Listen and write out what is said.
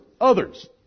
others